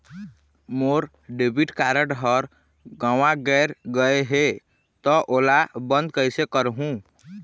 मोर debit card हर गंवा गैर गए हे त ओला बंद कइसे करहूं?